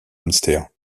hamster